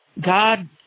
God